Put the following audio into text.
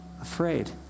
afraid